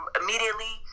immediately